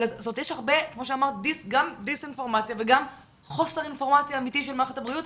יש הרבה דיסאינפורמציה וגם חוסר אינפורמציה אמיתית של מערכת הבריאות.